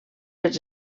els